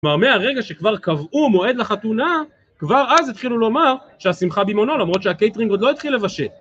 כלומר מהרגע שכבר קבעו מועד לחתונה כבר אז התחילו לומר שהשמחה במעונו למרות שהקייטרינג עוד לא התחיל לבשל.